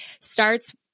starts